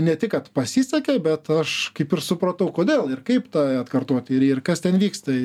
ne tik kad pasisekė bet aš kaip ir supratau kodėl ir kaip tą atkartoti ir ir kas ten vyksta